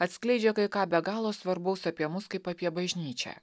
atskleidžia kai ką be galo svarbaus apie mus kaip apie bažnyčią